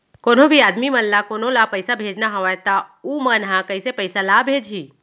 कोन्हों भी आदमी मन ला कोनो ला पइसा भेजना हवय त उ मन ह कइसे पइसा ला भेजही?